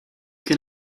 can